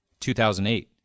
2008